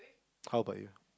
how about you